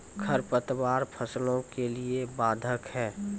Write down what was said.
खडपतवार फसलों के लिए बाधक हैं?